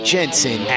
Jensen